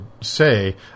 say